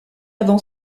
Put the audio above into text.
avant